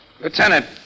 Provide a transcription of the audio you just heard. Lieutenant